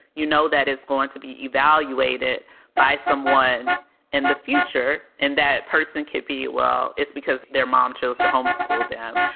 you know, that is going to be evaluated by someone and the future. and that person could be well, it's because their mom chose to homeschool them.